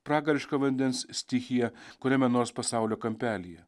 pragarišką vandens stichiją kuriame nors pasaulio kampelyje